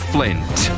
Flint